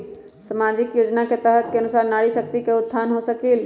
सामाजिक योजना के तहत के अनुशार नारी शकति का उत्थान हो सकील?